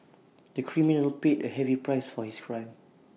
the criminal paid A heavy price for his crime